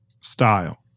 style